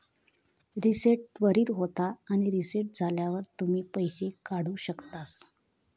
reset त्वरीत होता आणि रीसेट झाल्यावर तुम्ही पैशे काढु शकतास